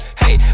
hey